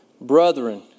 Brethren